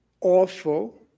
awful